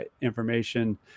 information